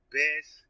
best